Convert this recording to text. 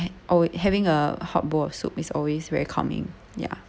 or having a hot bowl of soup is always very calming ya